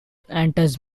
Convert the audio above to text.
enters